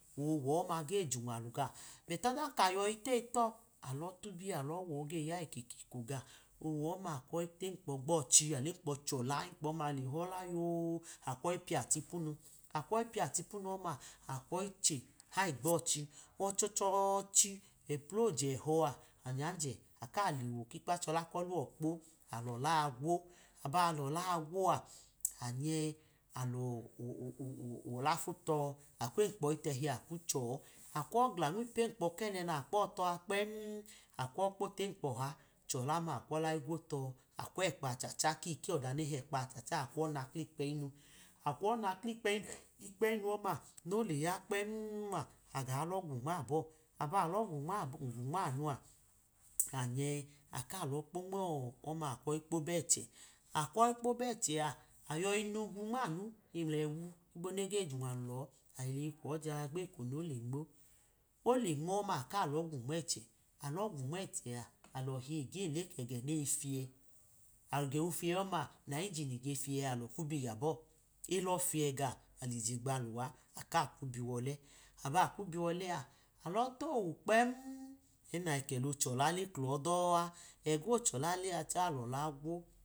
Owọ ọma ge junwalu ga beti oden ka yọyi teyi tọ, alọ tobiye alọ wọ oge ya eke ko ga, owọ ọma akwọyi temkpọ gbọchi, alekpọ chọla emkpọ le họla yoo, akwọyi piya tipunu, akwọyi piyatipunu ọma akwoyi che hayi gbọchi, ọchechọche ẹplojẹhẹ ọma anyanjẹ aka lewo kikpachọla kọhọ kpi alọla a gwo, aba lola a gwo a, anyẹ uh uh uh uh alọla futọ akwemkpo tẹhi akwu cho akwu ọgla nmupu emkpo kẹnẹ nakpọ tọ kpem akwu tọ, akwu ẹkpa achaha kikeyi ọda ne hẹkpa achecha a akwu o̱yi na klikpẹyinu, akmu ọyo na klikpẹyi ikpẹyi ọma, oleya ya kpem ma aga lọ gwu nmabọ abn ga lọ gwu nmabọu a swallow saliva anye, aka lọ kpo nmọ ọma akwu ọyi kpo bẹchẹ, akwu ọyi kpo bẹchẹ a, ayọyi nugmu nmanu, mnlẹwu higbo nege junwalu lọ, aleyi kwọ ja gbeko nole nmo, ole nmo ọma aka lọ gwu nmẹchẹ, alọ gwu nmẹchẹa alọ hegeyi le keje neyi fiye, ẹgofiyẹ ọma nayi enjini gefijẹ a, alọ kwu bi gabọ elọfiyẹ ga alije gba luwa akwu biwọle, aba lwu biwole a, alọ towu kpem ẹ nayi kẹla ochọla le kulọdọ a, ẹga ochọla le a chẹ alọla gwo.